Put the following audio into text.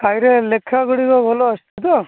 ତାହିଁରେ ଲେଖା ଗୁଡ଼ିକ ଭଲ ଆସୁଛି ତ